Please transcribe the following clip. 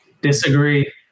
Disagree